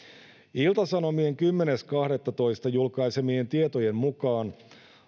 ilta sanomien kymmenes kahdettatoista kaksituhattayhdeksäntoista julkaisemien tietojen mukaan